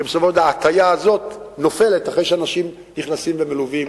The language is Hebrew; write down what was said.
כי בסופו של דבר ההטיה הזאת נופלת אחרי שאנשים נכנסים ומלווים,